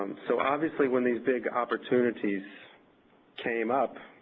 so obviously, when these big opportunities came up,